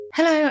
Hello